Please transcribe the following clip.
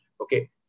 okay